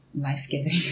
life-giving